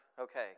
Okay